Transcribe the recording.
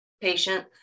patient